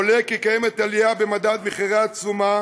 עולה כי קיימת עליה במדד מחירי התשומה